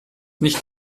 nicht